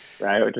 right